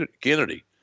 Kennedy